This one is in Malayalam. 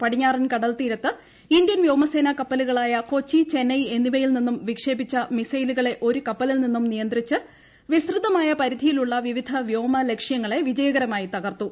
പടിഞ്ഞാറൻ കടൽത്തീരത്ത് ഇന്ത്യൻ വ്യോമസേന കപ്പലുകളായ കൊച്ചി ചെന്നൈ എന്നിവയിൽ നിന്നും വിക്ഷേപിച്ച മിസൈലുകളെ ഒരു കപ്പലിൽ നിന്നും നിയന്ത്രിച്ച് വിസ്തൃതമായ പരിധിയിലുള്ള വിവിധ ്ലേ്യാമ ലക്ഷ്യങ്ങളെ വിജയകരമായി തകർത്തു